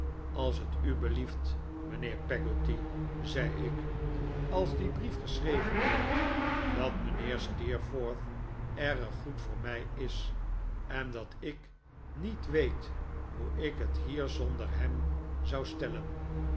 als het u belieft mijnheer peggotty zei ik als die brief geschreven wordt dat mijnheer steerforth erg goed voor mij is en dat ik niet weet hoe ik het hier zonder hem zou stellen